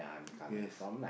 yes